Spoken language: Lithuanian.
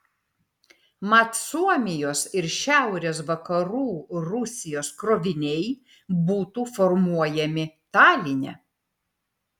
mat suomijos ir šiaurės vakarų rusijos kroviniai būtų formuojami taline